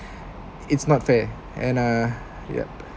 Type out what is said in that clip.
it's not fair and uh yup